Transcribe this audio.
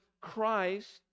Christ